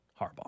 Harbaugh